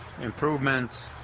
Improvements